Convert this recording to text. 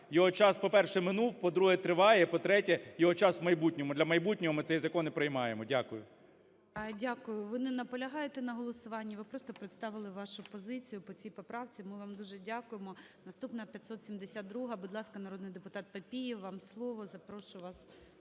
його час, по-перше, минув; по-друге, триває; по-третє, його час в майбутньому, для майбутнього ми цей закон і приймаємо. Дякую. ГОЛОВУЮЧИЙ. Дякую. Ви не наполягаєте на голосуванні, ви просто представили вашу позицію по цій поправці. Ми вам дуже дякуємо. Наступна - 572-а. Будь ласка, народний депутатПапієв, вам слово, запрошую вас